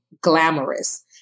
glamorous